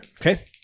Okay